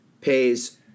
pays